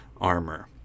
armor